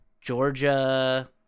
Georgia